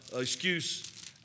excuse